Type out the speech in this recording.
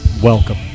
Welcome